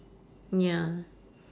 ya